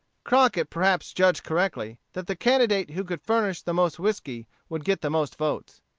crockett perhaps judged correctly that the candidate who could furnish the most whiskey would get the most votes.